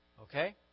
Okay